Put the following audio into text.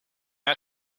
out